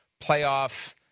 playoff